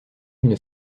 une